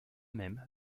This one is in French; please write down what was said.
mêmes